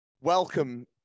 welcome